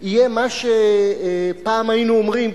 הם אומרים,